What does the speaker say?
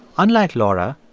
unlike laura,